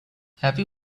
happy